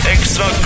Extra